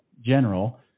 general